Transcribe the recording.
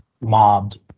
mobbed